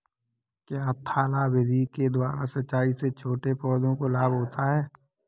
क्या थाला विधि के द्वारा सिंचाई से छोटे पौधों को लाभ होता है?